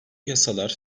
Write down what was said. yasalar